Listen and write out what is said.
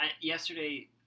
yesterday